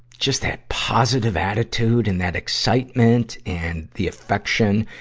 just that positive attitude and that excitement and the affection.